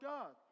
God